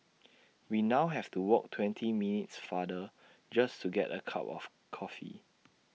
we now have to walk twenty minutes farther just to get A cup of coffee